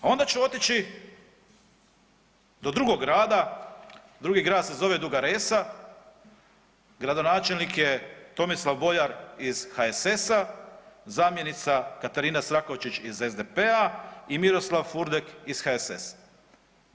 A onda ću otići do drugog grada, drugi grad se zove Duga Resa, gradonačelnik je Tomislav Boljar iz HSS-a, zamjenica Katarina Srakovčić iz SDP-a i Miroslav Furdek iz HSS-a.